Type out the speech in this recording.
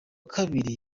kabiri